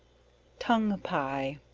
tongue pie.